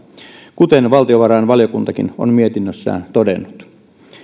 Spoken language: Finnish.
kuten valtiovarainvaliokuntakin on mietinnössään todennut